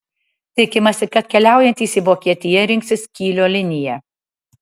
tikimasi kad keliaujantys į vokietiją rinksis kylio liniją